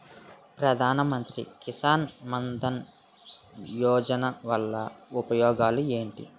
ప్రధాన మంత్రి కిసాన్ మన్ ధన్ యోజన వల్ల ఉపయోగాలు ఏంటి?